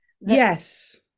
Yes